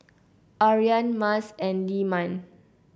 Aryan Mas and Leman